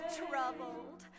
troubled